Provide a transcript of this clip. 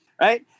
Right